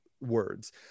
words